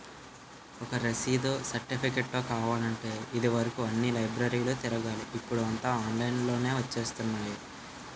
ఒక రసీదో, సెర్టిఫికేటో కావాలంటే ఇది వరుకు అన్ని లైబ్రరీలు తిరగాలి ఇప్పుడూ అంతా ఆన్లైన్ లోనే వచ్చేత్తున్నాయి